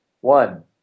one